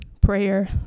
prayer